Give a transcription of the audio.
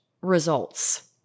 results